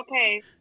Okay